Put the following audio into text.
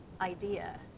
idea